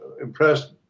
impressed